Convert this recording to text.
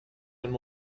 and